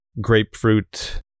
grapefruit